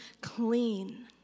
clean